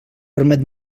permet